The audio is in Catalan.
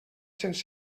cents